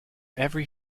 every